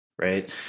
Right